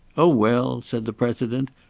oh, well, said the president,